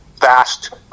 fast